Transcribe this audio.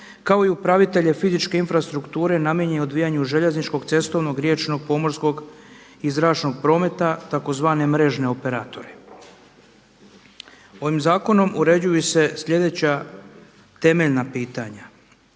kao i upravitelje fizičke infrastrukture namijenjene odvijanju željezničkog, cestovnog, riječnog, pomorskog i zračnom prometa tzv. mrežne operatore. Ovim zakonom uređuju se slijedeća temeljna pitanja: